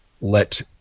let